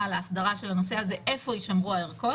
להסדרה של הנושא של איפה יישמרו הערכות,